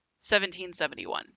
1771